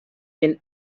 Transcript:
been